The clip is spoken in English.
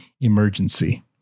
Emergency